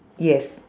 yes